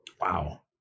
Wow